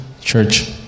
church